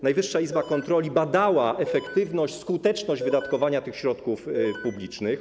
Najwyższa Izba Kontroli badała efektywność, skuteczność wydatkowania tych środków publicznych.